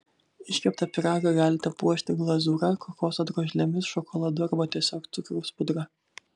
iškeptą pyragą galite puošti glazūra kokoso drožlėmis šokoladu arba tiesiog cukraus pudra